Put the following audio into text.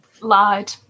Lied